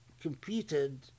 competed